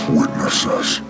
witnesses